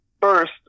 first